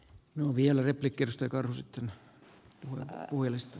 no vielä ja pahentaa tätä tilannetta